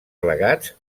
plegats